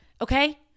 Okay